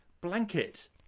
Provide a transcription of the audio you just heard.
blanket